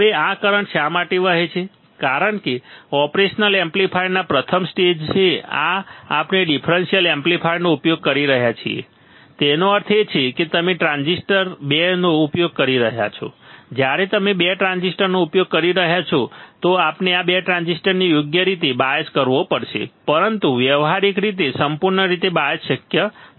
હવે આ કરંટ શા માટે વહે છે કારણ કે ઓપરેશન એમ્પ્લીફાયરના પ્રથમ સ્ટેજે આપણે ડિફરન્સીયલ એમ્પ્લીફાયરનો ઉપયોગ કરી રહ્યા છીએ તેનો અર્થ એ છે કે તમે 2 ટ્રાન્ઝિસ્ટરનો ઉપયોગ કરી રહ્યા છો જ્યારે તમે 2 ટ્રાન્ઝિસ્ટરનો ઉપયોગ કરી રહ્યા છો તો આપણે આ 2 ટ્રાન્ઝિસ્ટરને યોગ્ય રીતે બાયઝ કરવો પડશે પરંતુ વ્યવહારીક રીતે સંપૂર્ણ રીતે બાયઝ શક્ય નથી